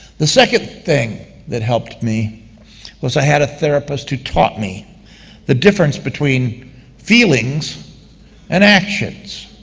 the second thing that helped me was i had a therapist who taught me the difference between feelings and actions.